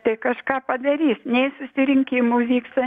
tai kažką padarys nei susirinkimų vyksta